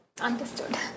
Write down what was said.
understood